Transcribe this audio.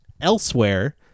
elsewhere